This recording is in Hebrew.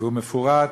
והוא מפורט,